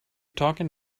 talking